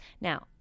Now